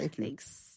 Thanks